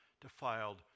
defiled